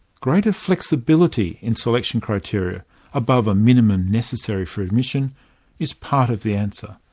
greater flexibility in selection criteria above a minimum necessary for admission is part of the answer.